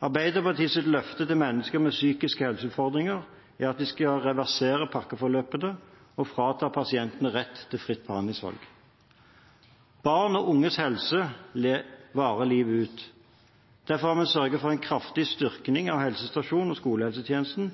Arbeiderpartiets løfte til mennesker med psykiske helseutfordringer er at de skal reversere pakkeforløpene og frata pasientene rett til fritt behandlingsvalg. Barn og unges helse varer livet ut. Derfor har vi sørget for en kraftig styrking av helsestasjonene og skolehelsetjenesten